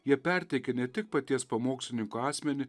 jie perteikia ne tik paties pamokslininko asmenį